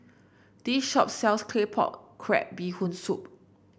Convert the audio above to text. this shop sells Claypot Crab Bee Hoon Soup